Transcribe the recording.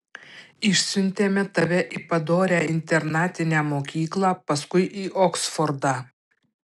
išsiuntėme tave į padorią internatinę mokyklą paskui į oksfordą